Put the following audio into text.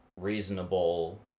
reasonable